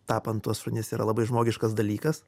tapant tuos šunis yra labai žmogiškas dalykas